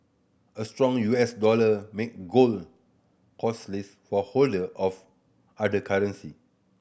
a strong U S dollar make gold costlier for holder of other currency